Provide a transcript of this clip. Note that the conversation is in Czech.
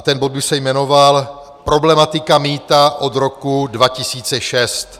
Ten bod by se jmenoval Problematika mýta od roku 2006.